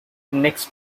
next